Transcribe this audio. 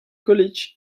college